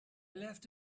left